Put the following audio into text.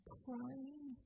crying